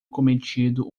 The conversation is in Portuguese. cometido